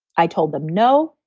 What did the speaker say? i told them no.